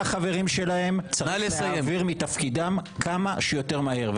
את כל החברים צריך להעביר מתפקידם כמה שיותר מהר.